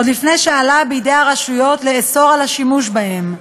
עוד לפני שעלה בידי הרשויות לאסור את השימוש בהם.